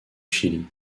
chili